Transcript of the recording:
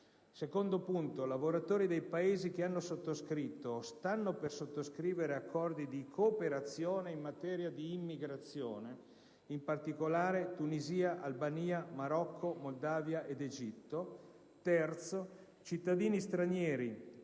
e Ucraina; a lavoratori dei Paesi che hanno sottoscritto o stanno per sottoscrivere accordi di cooperazione in materia migratoria, in particolare Tunisia, Albania, Marocco, Moldavia ed Egitto; a cittadini stranieri